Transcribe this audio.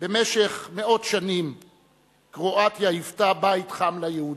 במשך מאות שנים קרואטיה היוותה בית חם ליהודים.